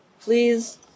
Please